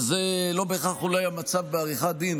וזה אולי לא בהכרח המצב בעריכת דין,